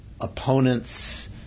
Opponents